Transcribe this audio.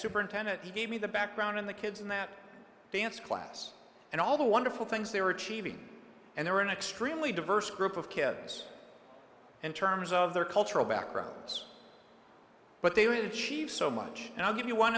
superintendent he gave me the background on the kids in that dance class and all the wonderful things they were achieving and they were an extremely diverse group of kids in terms of their cultural backgrounds but they were in chief so much and i'll give you one